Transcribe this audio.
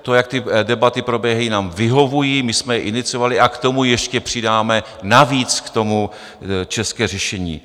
To, jak ty debaty probíhají, nám vyhovují, my jsme je iniciovali a k tomu ještě přidáme navíc české řešení.